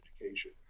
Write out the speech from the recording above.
education